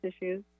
issues